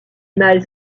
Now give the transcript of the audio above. mâles